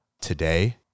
today